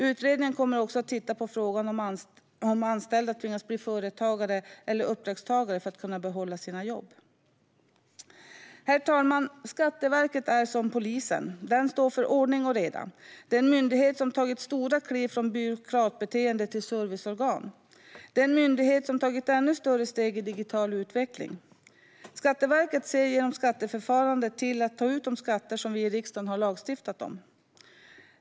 Utredningen kommer också att titta på frågan om huruvida anställda tvingas bli företagare eller uppdragstagare för att kunna behålla sina jobb. Herr talman! Skatteverket är som polisen. Det står för ordning och reda. Det är en myndighet som har tagit stora kliv från byråkratbeteende till serviceorgan. Det är en myndighet som har tagit ännu större steg i digital utveckling. Skatteverket ser genom skatteförfarandet till att ta ut de skatter som vi i riksdagen har lagstiftat om.